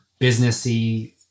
businessy